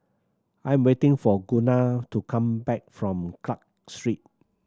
I am waiting for Gunnar to come back from Clarke Street